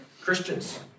Christians